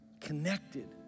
connected